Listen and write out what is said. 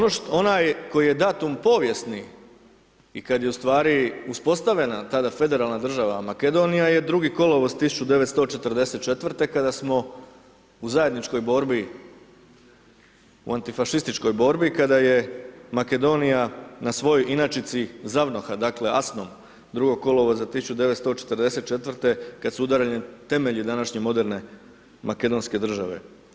Onaj koji je datum povijesni i kada je ustvari uspostavljena tada federalna država Makedonija je 2. kolovoz 1944. kada smo u zajedničkoj borbi, u antifašističkoj borbi kada je Makedonija na svojoj inačici ZAVNOH-a, dakle ASNOM 2. kolovoza 1944. kada su udareni temelji današnje moderne Makedonske Države.